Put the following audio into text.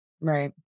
right